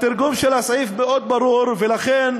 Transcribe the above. התרגום של הסעיף ברור מאוד, ולכן